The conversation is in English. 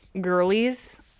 girlies